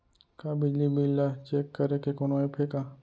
का बिजली बिल ल चेक करे के कोनो ऐप्प हे का?